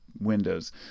windows